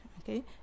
okay